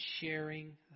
sharing